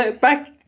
back